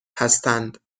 هستند